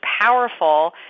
powerful